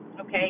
okay